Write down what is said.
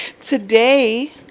Today